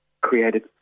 created